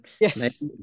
Yes